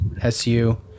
su